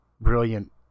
brilliant